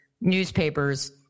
newspapers